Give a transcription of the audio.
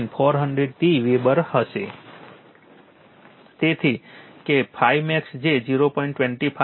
તેથી કે ∅max જે 0